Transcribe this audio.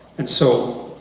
and so,